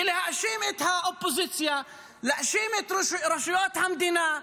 ולהאשים את האופוזיציה, להאשים את רשויות המדינה,